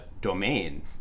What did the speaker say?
domain